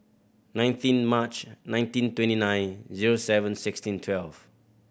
nineteen March nineteen twenty nine zero seven sixteen twelve